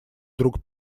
друг